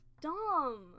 dumb